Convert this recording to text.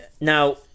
now